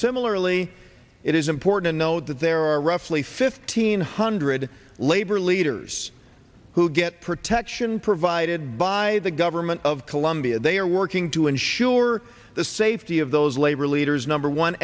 similarly it is important to note that there are roughly fifteen hundred labor leaders who get protection provided by the government of colombia they are working to ensure the safety of those labor leaders number one